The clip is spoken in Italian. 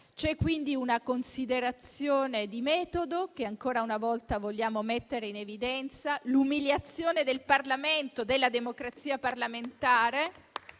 Camera, una considerazione di metodo. Ancora una volta vogliamo mettere in evidenza l'umiliazione del Parlamento e della democrazia parlamentare.